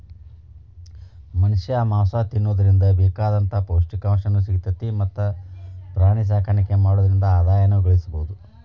ಮನಷ್ಯಾ ಮಾಂಸ ತಿನ್ನೋದ್ರಿಂದ ಬೇಕಾದಂತ ಪೌಷ್ಟಿಕಾಂಶನು ಸಿಗ್ತೇತಿ ಮತ್ತ್ ಪ್ರಾಣಿಸಾಕಾಣಿಕೆ ಮಾಡೋದ್ರಿಂದ ಆದಾಯನು ಗಳಸಬಹುದು